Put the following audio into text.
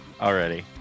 already